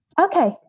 Okay